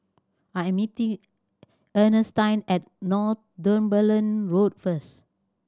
I am meeting Earnestine at Northumberland Road first